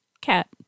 Cat